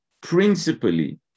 principally